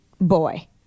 boy